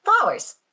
Flowers